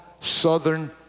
Southern